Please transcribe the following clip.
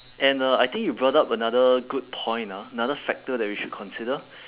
and uh I think you brought up another good point ah another factor that we should consider